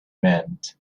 meant